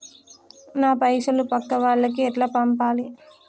నా పైసలు పక్కా వాళ్లకి ఎట్లా పంపాలి?